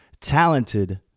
talented